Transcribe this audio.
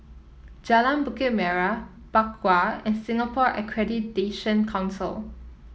Jalan Bukit Merah Bakau and Singapore Accreditation Council